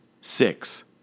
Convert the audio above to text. Six